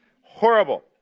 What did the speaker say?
Horrible